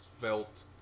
felt